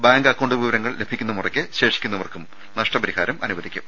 bank account വിവ രങ്ങൾ ലഭിക്കുന്ന മുറക്ക് ശേഷിക്കുന്നവർക്കും നഷ്ടപ രിഹാരം അനുവദിക്കും